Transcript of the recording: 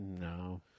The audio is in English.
No